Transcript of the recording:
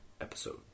episode